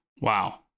Wow